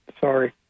Sorry